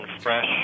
fresh